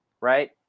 right